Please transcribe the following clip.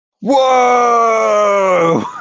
Whoa